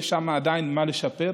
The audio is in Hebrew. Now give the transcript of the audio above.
יש שם עדיין מה לשפר.